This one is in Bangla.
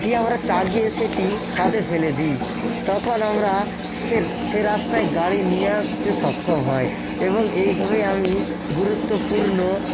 দিয়ে আমরা চাগিয়ে সেটি খাদে ফেলে দিই তখন আমরা সে সে রাস্তায় গাড়ি নিয়ে আসতে সক্ষম হই এবং এইভাবেই আমি গুরুত্বপূর্ণ